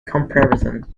comparison